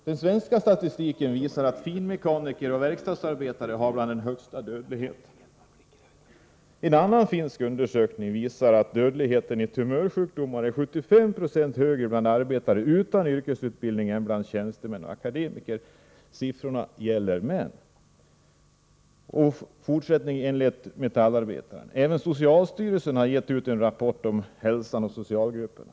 Den svenska statistiken visar att finmekaniker och verkstadsarbetare hör till dem som har den högsta dödligheten. En annan finsk undersökning visar att dödligheten i tumörsjukdomar är 75 Jo högre bland arbetare utan yrkesutbildning än bland tjänstemän och akademiker. Siffrorna gäller män. Enligt Metallarbetaren har också socialstyrelsen gett ut en rapport om hälsan och socialgrupperna.